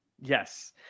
Yes